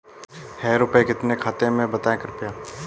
कृपया बताएं खाते में कितने रुपए हैं?